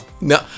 No